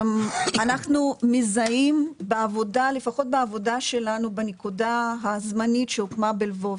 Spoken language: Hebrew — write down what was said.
אנחנו מזהים לפחות בעבודה שלנו בנקודה הזמנית שהוקמה בלבוב,